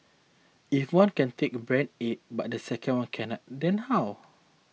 if one can take brand A but the second one cannot then how